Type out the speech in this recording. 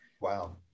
Wow